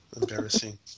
Embarrassing